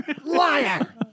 Liar